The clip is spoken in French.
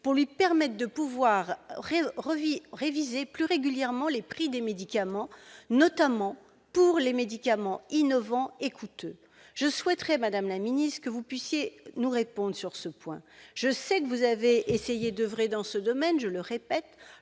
pour lui permettre de réviser plus régulièrement les prix des médicaments, en particulier pour les médicaments innovants et coûteux. Je souhaiterais, madame la ministre, que vous puissiez nous répondre sur ce point. Je sais que vous avez essayé d'oeuvrer dans ce domaine lors de